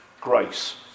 Grace